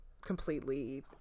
completely